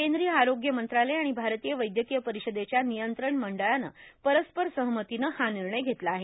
केंद्रीय आरोग्य मंत्रालय आणि भारतीय वैद्यकीय परिषदेच्या नियंत्रण मंडळानं परस्पर सहमतीनं हा निर्णय घेतला आहे